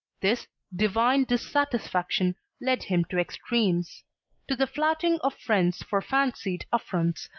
this divine dissatisfaction led him to extremes to the flouting of friends for fancied affronts,